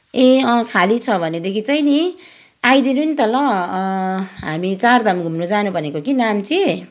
ए अँ खाली छ भनेदेखि चाहिँ नि आइदिनु नि त ल हामी चारधाम घुम्नु जानु भनेको कि नाम्ची